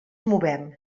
movem